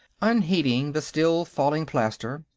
unheeding the still falling plaster,